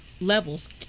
levels